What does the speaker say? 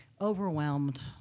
overwhelmed